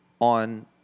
on